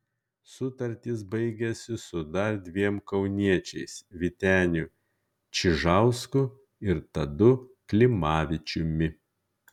sutartys baigiasi su dar dviem kauniečiais vyteniu čižausku ir tadu klimavičiumi